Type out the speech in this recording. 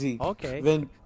Okay